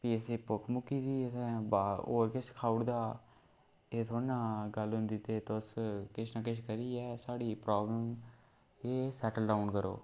फ्ही असें गी भुक्ख मुक्की गेदी असें बाह्र होर किश खाऊ उड़े दा हा एह् थोह्ड़ा ना गल्ल होंदी ते तुस किश ना किश करियै साढ़ी प्रॉब्लम एह् सैटल डाउन करो